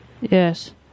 Yes